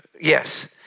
Yes